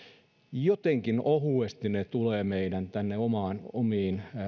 jotenkin ohuesti tulevat tänne meidän omiin